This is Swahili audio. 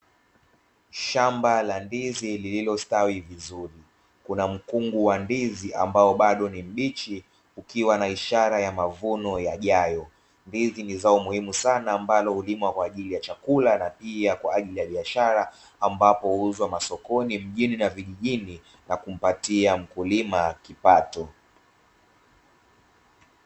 Shamba la ndizi lililostawi vizuri. Kuna mkungu wa ndizi ambao bado ni mbichi, ukiwa na ishara wa mavuno yajayo. Ndizi ni zao muhimu sana ambalo hulimwa kwa ajili ya chakula na pia kwa ajili ya biashara, ambapo huuzwa masokoni mjini pamoja na vijijini na kumpatia mkulima kipato.